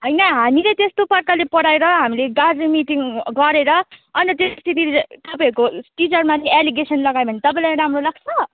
होइन हामीले त्यस्तो प्रकारले पढाएर हामीले गार्जेन मिटिङ गरेर अन्त तपाईँहरूको टिचरमाथि एलिगेसन लगायौँ भने तपाईँलाई राम्रो लाग्छ